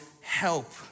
help